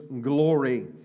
glory